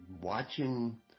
watching